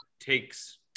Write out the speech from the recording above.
takes